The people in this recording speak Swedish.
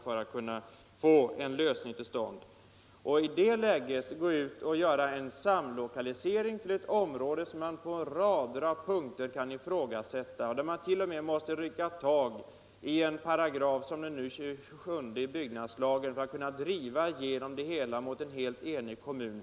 Det är olämpligt att i det läget göra en samlokalisering till ett visst område, där man på rader av punkter kan ifrågasätta lämpligheten och där man t.o.m. måste tillgripa 27 § i byggnadslagen för att kunna driva igenom beslutet mot en helt enig kommun.